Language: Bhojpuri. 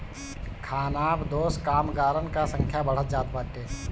खानाबदोश कामगारन कअ संख्या बढ़त जात बाटे